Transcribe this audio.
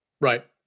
Right